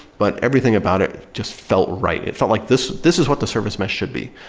but everything about it just felt right. it felt like this this is what the service mesh should be.